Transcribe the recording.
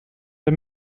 der